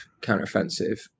counteroffensive